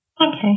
Okay